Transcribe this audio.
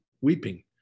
weeping